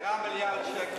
10 מיליארד שקל.